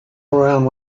around